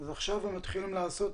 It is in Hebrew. עכשיו אם מתחילים לעשות.